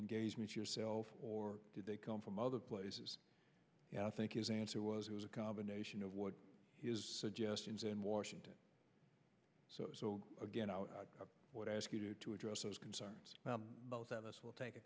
engagement yourself or did they come from other places and i think his answer was it was a combination of what his suggestions in washington so again i would ask you to address those concerns both of us will take a